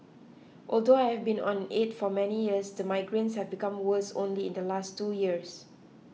although I have been on it for many years the migraines have become worse only in the last two years